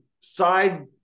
side